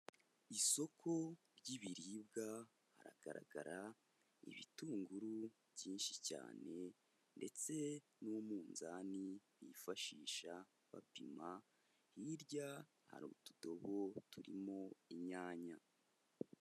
Isoko ry'ibiribwa, haragaragara ibitunguru byinshi cyane ndetse n'umuzani bifashisha bapima, hirya hari utudobo turimo inyanya.